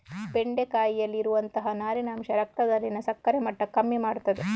ಬೆಂಡೆಕಾಯಿಯಲ್ಲಿ ಇರುವಂತಹ ನಾರಿನ ಅಂಶ ರಕ್ತದಲ್ಲಿನ ಸಕ್ಕರೆ ಮಟ್ಟ ಕಮ್ಮಿ ಮಾಡ್ತದೆ